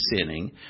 sinning